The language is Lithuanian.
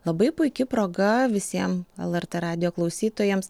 labai puiki proga visiem lrt radijo klausytojams